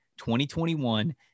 2021